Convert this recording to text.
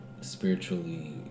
spiritually